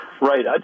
Right